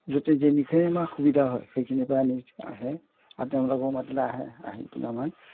য'তে যোনখিনি আমাৰ সুবিধা হয় সেইখিনিৰ পৰা আনি আহে আৰু তেওঁবিলাকৰ মাতিলে আহে আহি পেলাই আমাক